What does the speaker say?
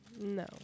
No